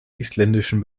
isländischen